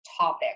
topic